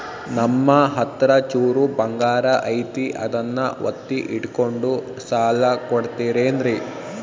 ನಮ್ಮಹತ್ರ ಚೂರು ಬಂಗಾರ ಐತಿ ಅದನ್ನ ಒತ್ತಿ ಇಟ್ಕೊಂಡು ಸಾಲ ಕೊಡ್ತಿರೇನ್ರಿ?